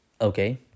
okay